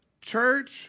church